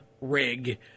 rig